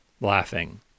laughing